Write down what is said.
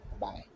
Bye